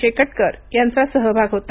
शेकटकर यांचा सहभाग होता